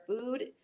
food